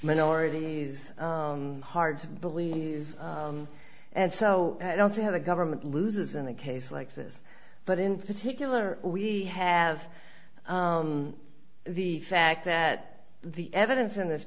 minorities hard to believe and so i don't see how the government loses in a case like this but in particular we have the fact that the evidence in this